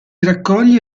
raccoglie